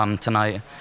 tonight